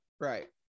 Right